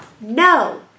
No